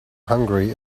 hungry